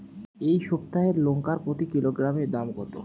এই সপ্তাহের লঙ্কার প্রতি কিলোগ্রামে দাম কত?